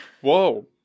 whoa